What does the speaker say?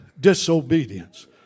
disobedience